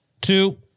two